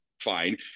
fine